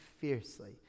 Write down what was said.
fiercely